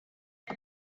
but